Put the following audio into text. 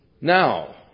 Now